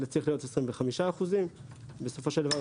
אלא צריך להיות 25%. בסופו של דבר,